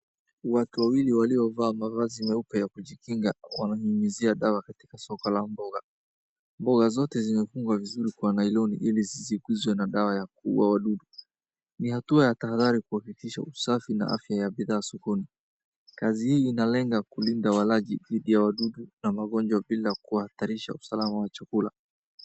Watu wawili waliovaa mavazi meupe ya kujikinga wananyunyizia dawa katika soko la mboga. Mboga zote zimefungwa vizuri kwa nailoni ili zisiguzwe na dawa ya kuua wadudu. Ni hatua ya tahadhari kuwahakikisha usafi na afya ya bidhaa sokoni. Kazi hii inalenga kulinda walaji dhidi ya wadudu na magonjwa bila kuhatarisha usalama wa chakula.